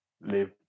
live